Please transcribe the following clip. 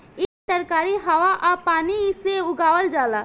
इ तरकारी हवा आ पानी से उगावल जाला